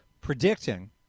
predicting